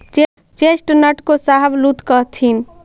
chestnut को शाहबलूत कहथीन